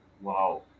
Wow